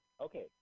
Okay